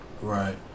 Right